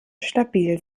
stabil